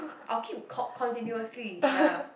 I'll keep con~ continuously ya